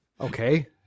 Okay